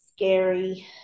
scary